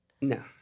No